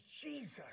Jesus